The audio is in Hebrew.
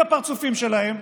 מכירים את הפרצופים שלהם,